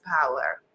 power